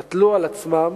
נטלו על עצמן,